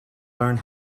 learn